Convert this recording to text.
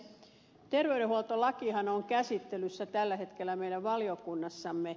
terveydenhuoltolakihan on käsittelyssä tällä hetkellä meidän valiokunnassamme